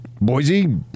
Boise